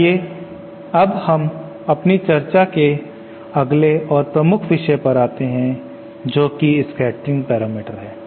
आइए अब हम अपनी चर्चा के अगले और प्रमुख विषय पर यहां आते हैं जोकि स्कैटरिंग पैरामीटर है